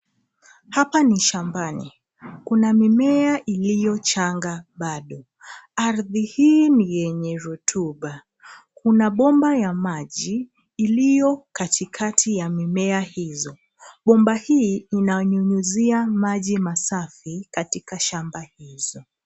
Hapa ni shambani. Kuna mimea iliyo changa bado. Ardhi hii ni yenye rutuba. Kuna bomba ya maji iliyo katikati ya mimea hizo. Bomba hii ina nyunyizia maji masafi katika shamba hizo.